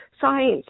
science